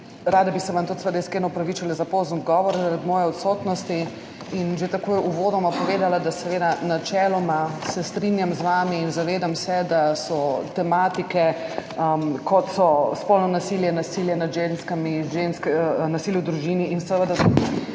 Rada bi se vam tudi iskreno opravičila za pozen odgovor zaradi moje odsotnosti in že takoj uvodoma povedala, da se načeloma strinjam z vami. Zavedam se, da so tematike, kot so spolno nasilje, nasilje nad ženskami, nasilje v družini in seveda